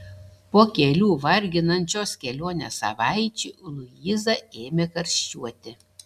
po kelių varginančios kelionės savaičių luiza ėmė karščiuoti